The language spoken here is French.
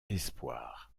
espoirs